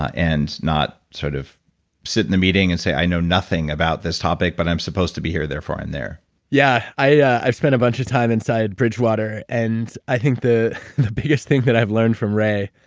and not sort of sit in the meeting and say, i know nothing about this topic, but i'm supposed to be here, therefore in there yeah. i spent a bunch of time inside bridgewater and i think the the biggest thing that i've learned from ray,